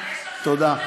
תודה.